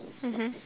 mmhmm